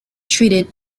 treated